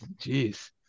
Jeez